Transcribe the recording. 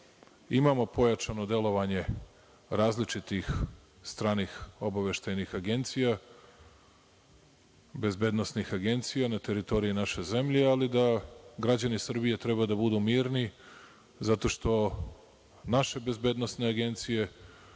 imamo pojačano delovanje različitih stranih obaveštajnih agencija, bezbednosnih agencija na teritoriji naše zemlje, ali da građani Srbije treba da budu mirni zato što naše bezbednosne agencije,